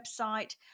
website